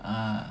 ah